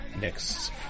next